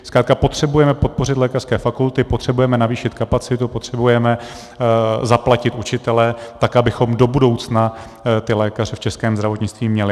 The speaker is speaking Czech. Zkrátka potřebujeme podpořit lékařské fakulty, potřebujeme navýšit kapacitu, potřebujeme zaplatit učitele tak, abychom do budoucna lékaře v českém zdravotnictví měli.